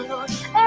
Lord